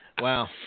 Wow